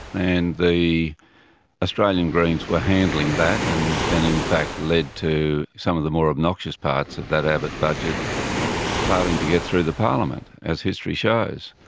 and the australian greens were handling that and and in fact led to some of the more obnoxious parts of that abbott budget failing to get through the parliament, as history shows.